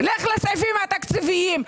לך לסעיפים התקציביים.